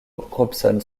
robson